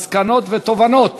מסקנות ותובנות